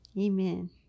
amen